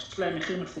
יש מחיר מפוקח.